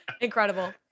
incredible